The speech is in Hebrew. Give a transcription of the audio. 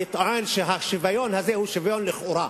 אני טוען שהשוויון הזה הוא שוויון לכאורה.